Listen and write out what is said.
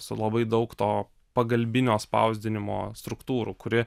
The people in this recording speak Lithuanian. su labai daug to pagalbinio spausdinimo struktūrų kuri